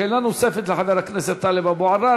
שאלה נוספת לחבר הכנסת טלב אבו עראר,